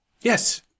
Yes